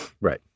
Right